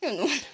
के भन्नु